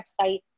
website